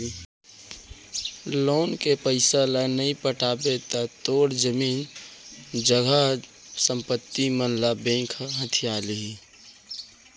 loan के पइसा ल नइ पटाबे त तोर जमीन जघा संपत्ति मन ल बेंक ह हथिया लिही